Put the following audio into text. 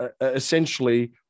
essentially